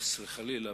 חס וחלילה,